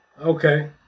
Okay